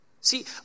See